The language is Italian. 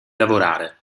lavorare